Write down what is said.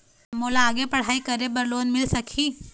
मोला आगे पढ़ई करे बर लोन मिल सकही?